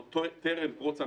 טרם הקמת המדינה,